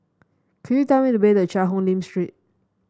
could you tell me the way to Cheang Hong Lim Street